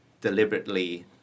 deliberately